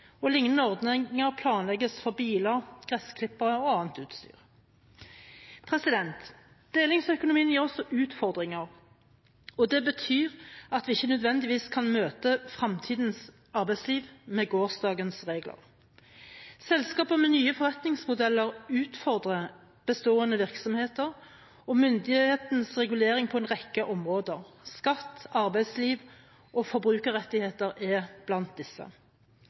ordninger planlegges for biler, gressklippere og annet utstyr. Delingsøkonomien gir også utfordringer, og det betyr at vi ikke nødvendigvis kan møte fremtidens arbeidsliv med gårsdagens regler. Selskaper med nye forretningsmodeller utfordrer bestående virksomheter og myndighetenes reguleringer på en rekke områder. Skatt, arbeidsliv og forbrukerrettigheter er blant disse.